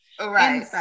Right